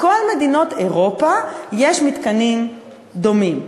בכל מדינות אירופה, יש מתקנים דומים.